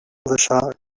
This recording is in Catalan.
deixar